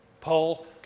Paul